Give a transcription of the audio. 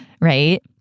right